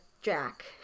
Jack